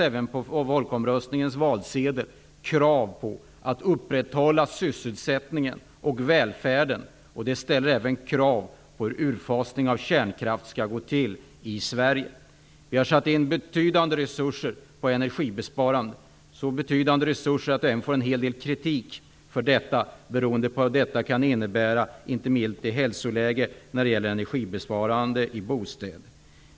Även på folkomröstningens valsedel fanns krav på att man skulle upprätthålla sysselsättningen och välfärden. Det ställer även krav på hur utfasning av kärnkraft skall gå till i Sverige. Vi har satt in betydande resurser på energibesparande, så betydande att vi även får en hel del kritik för detta, beroende på vad det kan innebära för hälsoläget vid energibesparingar i bostäder.